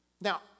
Now